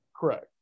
Correct